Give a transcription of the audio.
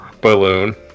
balloon